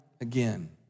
again